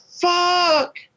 fuck